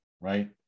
right